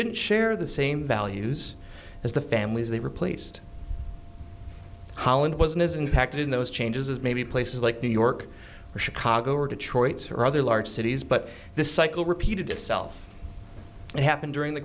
didn't share the same values as the families they replaced holland wasn't as impacted in those changes as maybe places like new york or chicago or detroit's or other large cities but this cycle repeated itself what happened during the